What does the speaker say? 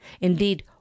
indeed